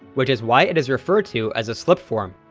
which is why it is referred to as a slip-form.